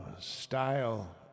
style